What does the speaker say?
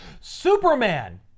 Superman